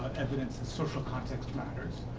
evidence and social context to matters.